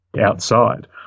outside